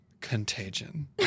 Contagion